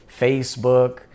Facebook